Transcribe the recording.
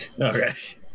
Okay